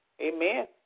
Amen